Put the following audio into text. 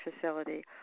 facility